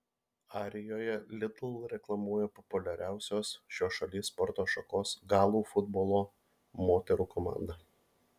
arijoje lidl reklamuoja populiariausios šios šalies sporto šakos galų futbolo moterų komanda